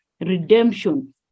redemption